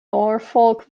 norfolk